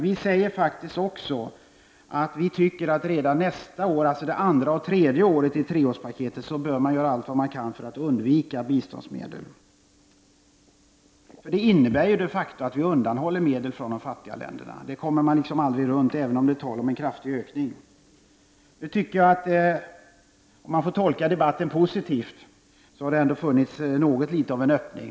Vi säger faktiskt också att vi tycker att redan under de kommande åren — således under det andra och tredje året i treårspaketet — bör man göra allt vad man kan för att undvika biståndsmedel. Att använda biståndsmedel innebär ju de facto att vi undanhåller medel från de fattiga länderna. Det kan man aldrig komma runt, även om man talar om en kraftig ökning. Om man får tolka debatten positivt kan jag säga att det ändå har funnits litet av en öppning.